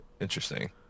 Interesting